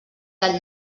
del